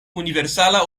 universala